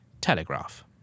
TELEGRAPH